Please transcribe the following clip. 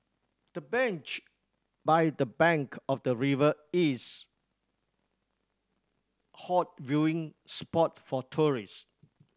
the bench by the bank of the river is hot viewing spot for tourists